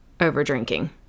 over-drinking